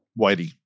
whitey